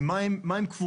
מה עם קבורה?